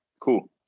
Cool